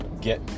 get